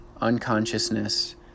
unconsciousness